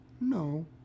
No